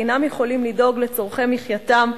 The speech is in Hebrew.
אינם יכולים לדאוג לצורכי מחייתם,